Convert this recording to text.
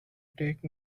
take